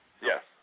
Yes